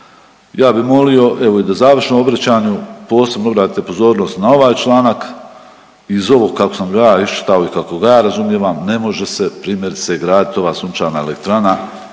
Ja bi molio evo i na završnom obraćanju posebno obrate pozornost na ovaj članak iz ovog kako sam ga ja iščitao i kako ga ja razumijevam ne može se primjerice gradit ova sunčana elektrana